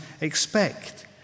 expect